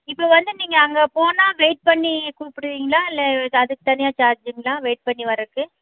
இப்போ வந்து நீங்கள் அங்கே போனால் வெயிட் பண்ணி கூப்பிடுவீங்களா இல்லை அதுக்கு தனியாக சார்ஜ்ங்களா வெயிட் பண்ணி வரதுக்கு